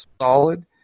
solid